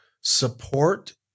support